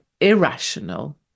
irrational